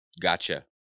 Gotcha